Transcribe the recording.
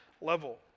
level